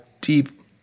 deep